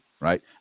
right